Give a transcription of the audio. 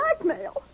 Blackmail